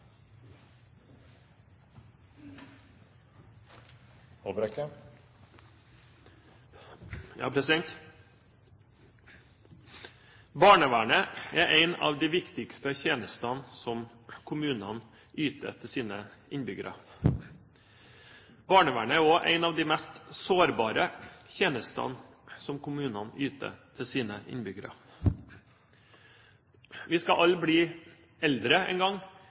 en av de viktigste tjenestene som kommunene yter til sine innbyggere. Barnevernet er også en av de mest sårbare tjenestene som kommunene yter til sine innbyggere. Vi skal alle bli eldre en gang,